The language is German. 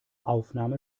aufnahme